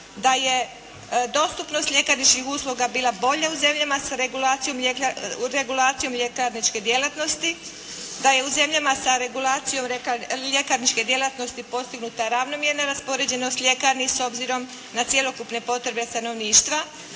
da je dostupnost ljekarničkih usluga bila bolja u zemljama sa regulacijom ljekarničke djelatnosti, da je u zemljama sa regulacijom ljekarničke djelatnosti postignuta ravnomjerna raspoređenost ljekarni s obzirom na cjelokupne potrebe stanovništva